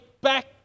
back